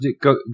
Go